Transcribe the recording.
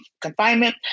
confinement